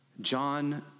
John